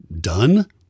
done